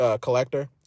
collector